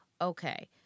okay